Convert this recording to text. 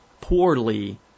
poorly